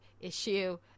issue